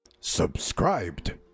Subscribed